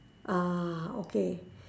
ah okay